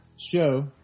show